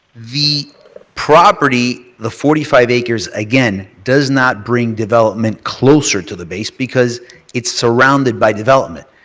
the property, the forty five acres, again, does not bring development closer to the base because it's surrounded by development.